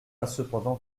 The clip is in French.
cependant